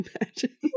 imagine